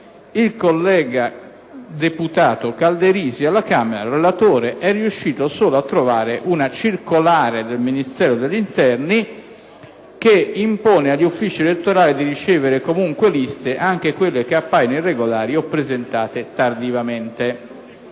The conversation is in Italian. il collega deputato Calderisi, relatore alla Camera, è riuscito a trovare solo una circolare del Ministero dell'interno che impone agli uffici elettorali di ricevere comunque le liste, anche quelle che appaiono irregolari o presentate tardivamente.